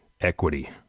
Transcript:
equity